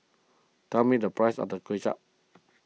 tell me the price of the Kway Chap